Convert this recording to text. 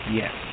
yes